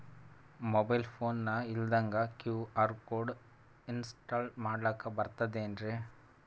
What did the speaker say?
Mobile phone ಇಲ್ದಂಗ QR code install ಮಾಡ್ಲಕ ಬರ್ತದೇನ್ರಿ?